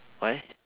why